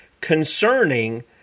concerning